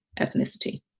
ethnicity